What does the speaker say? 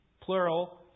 plural